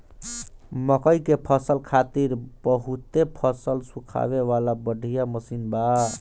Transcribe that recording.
मकई के फसल खातिर बहुते फसल सुखावे वाला बढ़िया मशीन बा